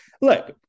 Look